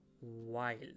wild